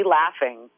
laughing